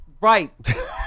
right